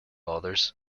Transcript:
others